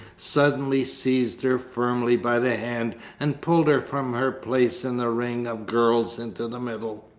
suddenly seized her firmly by the hand and pulled her from her place in the ring of girls into the middle.